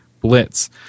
blitz